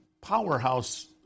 powerhouse